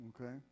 Okay